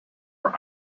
are